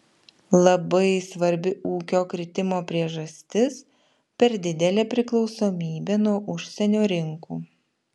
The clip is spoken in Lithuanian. labai svarbi ūkio kritimo priežastis per didelė priklausomybė nuo užsienio rinkų